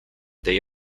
they